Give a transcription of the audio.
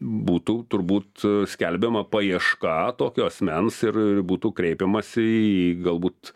būtų turbūt skelbiama paieška tokio asmens ir būtų kreipiamasi į galbūt